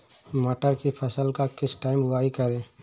मटर की फसल का किस टाइम बुवाई करें?